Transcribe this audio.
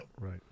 Right